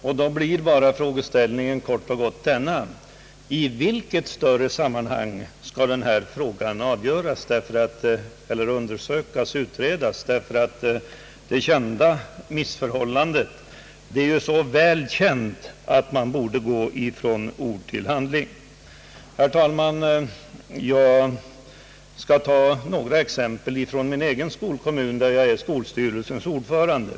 Med anledning därav vill jag kort och gott fråga: I vilket större sammanhang? Missförhållandet är ju så väl känt att det finns anledning att omedelbart gå från ord till handling. Jag vill, herr talman, ge några exempel från min egen skolkommun där jag är skolstyrelsens ordförande.